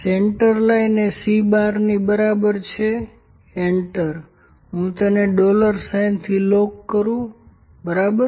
central line એ C¯ ની બરાબર છે એન્ટર હું તેને ડોલર સાઈનથી લોક કરું બરાબર